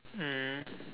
mm